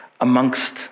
amongst